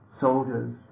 soldiers